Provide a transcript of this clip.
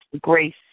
Grace